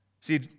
See